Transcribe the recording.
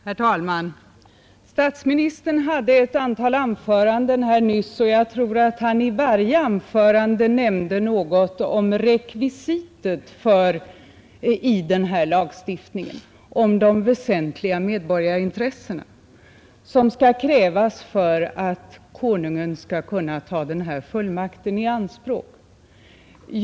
Herr talman! Statsministern hade ett antal anföranden nyss, och jag tror att han i varje anförande nämnde något om rekvisitet i den här lagstiftningen, vad som skall krävas för att Konungen skall kunna ta den här fullmakten i anspråk, och han talade hela tiden om väsentliga medborgarintressen.